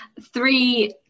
three